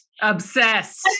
Obsessed